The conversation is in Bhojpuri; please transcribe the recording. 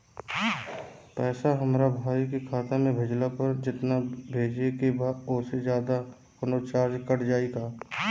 पैसा हमरा भाई के खाता मे भेजला पर जेतना भेजे के बा औसे जादे कौनोचार्ज कट जाई का?